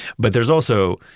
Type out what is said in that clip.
but there's also,